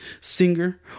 singer